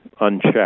unchecked